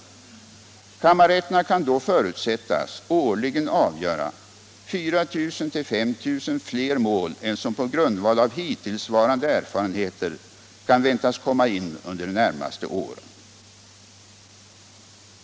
Kammarrätterna kan då förutsättas årligen avgöra 4 000-5 000 fler mål än som på grundval av hittillsvarande erfarenheter kan väntas komma in under de närmaste åren.